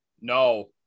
No